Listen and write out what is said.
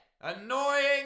Annoying